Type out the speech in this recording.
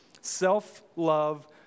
self-love